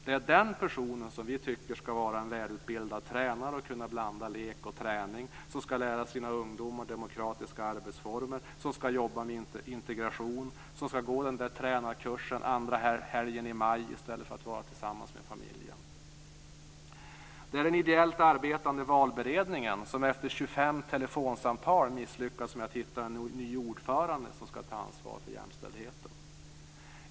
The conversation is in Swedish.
Det är den personen som vi tycker skall vara välutbildad tränare och kunna blanda lek och träning, som skall lära sina ungdomar demokratiska arbetsformer, som skall jobba med integration, som skall gå den där tränarkursen andra helgen i maj i stället för att vara tillsammans med familjen. Det är den ideellt arbetande valberedningen som efter 25 telefonsamtal misslyckas med att hitta en ny ordförande som skall ta ansvaret för jämställdheten.